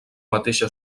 mateixa